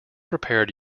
prepared